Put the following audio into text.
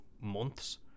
months